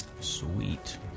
Sweet